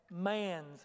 Man's